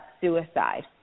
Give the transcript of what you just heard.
suicide